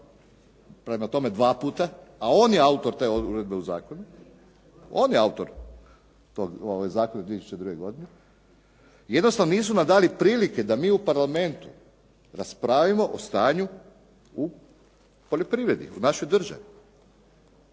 prema tome dva puta, a on je autor te odredbe u zakonu, on je autor tog zakona iz 2002. godine. Jednostavno nisu nam dali prilike da mi u Parlamentu raspravimo o stanju u poljoprivredi u našoj državi.